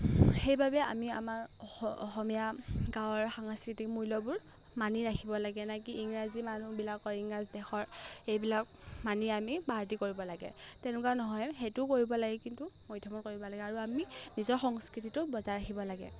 সেইবাবে আমি আমাৰ অহ অসমীয়া গাঁৱৰ সাংস্কৃতিক মূল্যবোৰ মানি ৰাখিব লাগে না কি ইংৰাজী মানুহবিলাকৰ ইংৰাজ দেশৰ এইবিলাক মানি আমি পাৰ্টি কৰিব লাগে তেনেকুৱা নহয় সেইটো কৰিব লাগে কিন্তু মধ্যমৰ কৰিব লাগে আৰু আমি নিজৰ সংস্কৃতিটো বজাই ৰাখিব লাগে